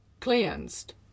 cleansed